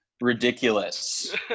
ridiculous